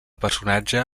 personatge